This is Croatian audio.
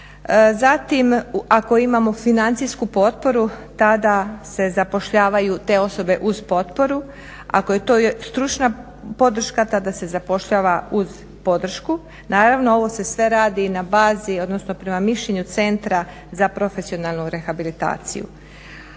Zatim ako imamo financijsku potporu tada se zapošljavaju te osobe uz potporu, ako je to stručna podrška tada se zapošljava uz podršku. Naravno, ovo se sve radi na bazi odnosno prema mišljenju Centra za profesionalnu rehabilitaciju.